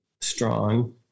strong